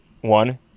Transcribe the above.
one